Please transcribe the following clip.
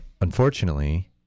unfortunately